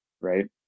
right